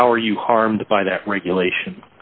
how are you harmed by that regulation